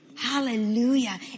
Hallelujah